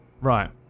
Right